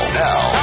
now